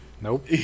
Nope